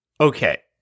Okay